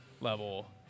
level